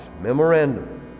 Memorandum